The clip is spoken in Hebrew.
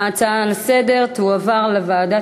ההצעה לסדר-היום תועבר לוועדת